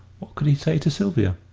what could he say to sylvia?